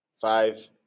five